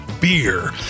beer